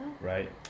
right